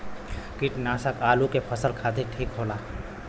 कीटनाशक आलू के फसल खातिर ठीक होला